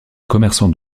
commerçants